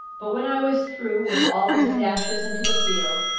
but when i was through with all these dashes into the field,